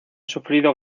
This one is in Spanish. sufrido